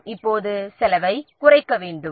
நாம் இப்போது செலவைக் குறைக்க வேண்டும்